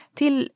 till